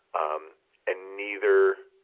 um and neither,